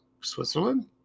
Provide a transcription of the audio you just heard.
Switzerland